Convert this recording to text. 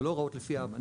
זה לא הוראות לפי האמנה,